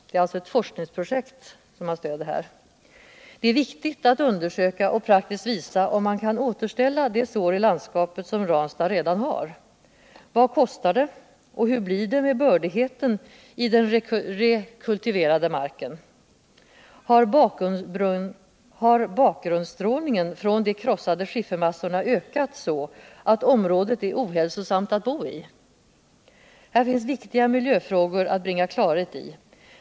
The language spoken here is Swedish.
Det gäller eu forskningsprojekt som man stöder här. Det är viktigt att undersöka och praktiskt visa om man kan återställa de sår i landskapet som Ranstad redan har. Vad kostar det och hur blir det med bördigheten i den rekultiverade marken? Har bakgrundsstrålningen från de krossade skilfermassorna ökat så, att området är ohälsosamt att bo i? Här finns viktiga miljöfrågor att bringa klarhet i.